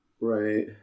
Right